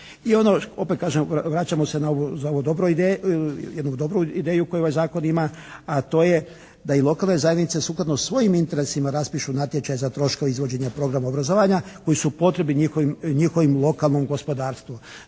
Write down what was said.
I ono, opet kažem vraćamo se na ovu jednu dobru ideju koju ovaj zakon ima, a to je da i lokalne zajednice sukladno svojim interesima raspišu natječaj za troškove izvođenja programa obrazovanja koji su potrebni njihovom lokalnom gospodarstvu.